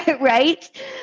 right